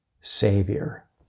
Savior